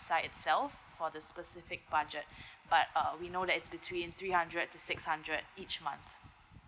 sites itself for the specific budget but err we know that's between three hundred to six hundred each month